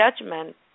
judgment